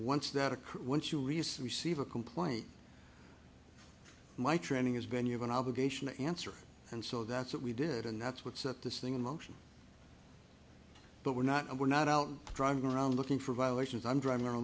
occurs once you receive a complaint my training has been you have an obligation to answer and so that's what we did and that's what set this thing in motion but we're not and we're not out driving around looking for violations i'm driving ar